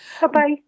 Bye-bye